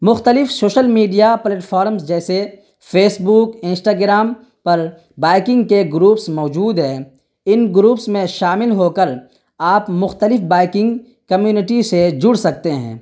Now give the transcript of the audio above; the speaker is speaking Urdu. مختلف شوشل میڈیا پلیٹفارمز جیسے فیس بک انسٹاگرام پر بائکنگ کے گروپس موجود ہیں ان گروپس میں شامل ہو کر آپ مختلف بائکنگ کمیونٹی سے جڑ سکتے ہیں